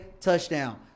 touchdown